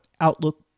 Outlook